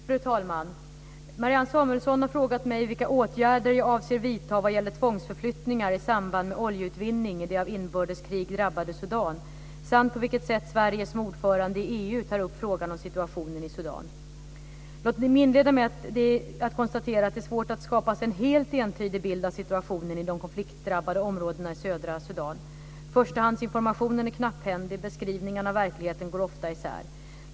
Fru talman! Marianne Samuelsson har frågat mig vilka åtgärder jag avser vidta vad gäller tvångsförflyttningar i samband med oljeutvinning i det av inbördeskrig drabbade Sudan samt på vilket sätt Sverige som ordförande i EU tar upp frågan om situationen i Sudan. Låt mig inleda med att konstatera att det är svårt att skapa sig en helt entydig bild av situationen i de konfliktdrabbade områdena i södra Sudan. Förstahandsinformationen är knapphändig, och beskrivningarna av verkligheten går ofta isär.